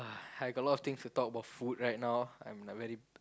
I got a lot of thing to talk about food right now I'm very